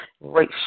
Right